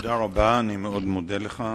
תודה רבה, אני מאוד מודה לך.